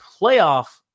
playoff